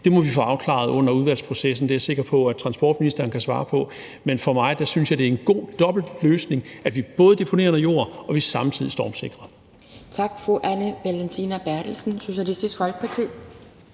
må vi få afklaret i udvalgsprocessen. Det er jeg sikker på at transportministeren kan svare på. Men for mig at se er det en god dobbelt løsning, at vi både deponerer noget jord og samtidig stormflodssikrer.